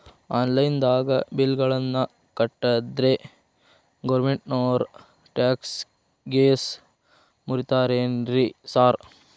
Online ದಾಗ bill ಗಳನ್ನಾ ಕಟ್ಟದ್ರೆ ಗೋರ್ಮೆಂಟಿನೋರ್ ಟ್ಯಾಕ್ಸ್ ಗೇಸ್ ಮುರೇತಾರೆನ್ರಿ ಸಾರ್?